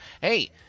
hey